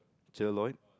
Cher-Lloyd